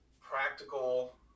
practical